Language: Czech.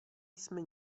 jsme